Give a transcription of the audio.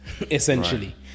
essentially